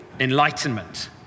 enlightenment